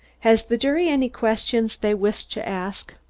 has the jury any questions they wish to ask?